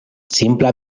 simpla